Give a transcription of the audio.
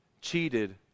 cheated